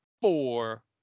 four